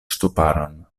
ŝtuparon